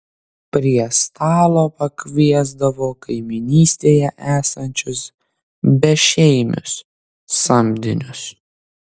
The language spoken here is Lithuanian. prie stalo pakviesdavo kaimynystėje esančius bešeimius samdinius